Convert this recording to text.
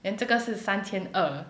then 这个是三千二